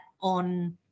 on